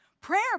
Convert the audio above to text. Prayer